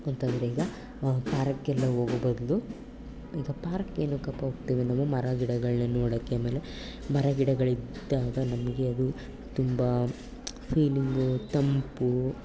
ಗೊತ್ತಾದರೆ ಈಗ ಪಾರ್ಕಿಗೆಲ್ಲ ಹೋಗೊ ಬದಲು ಈಗ ಪಾರ್ಕಿಗೆ ಏನಕ್ಕಪ್ಪ ಹೋಗ್ತೀವಿ ನಾವು ಮರ ಗಿಡಗಳನ್ನು ನೋಡೋಕ್ಕೆ ಆಮೇಲೆ ಮರ ಗಿಡಗಳಿದ್ದಾಗ ನಮಗೆ ಅದು ತುಂಬ ಫೀಲಿಂಗು ತಂಪು